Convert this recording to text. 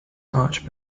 arch